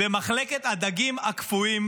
במחלקת הדגים הקפואים,